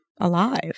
alive